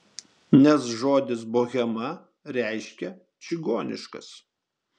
nes žodis bohema reiškia čigoniškas